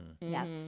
yes